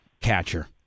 catcher